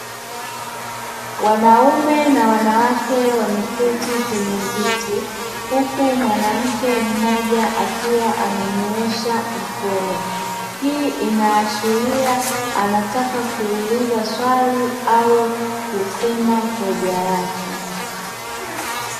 Wanaume na wanawake wameketi kwenye viti, huku mwanamke mmoja akiwa amenyoosha mkono hii inaashiria anataka kuuliza swali au kusema hoja yake.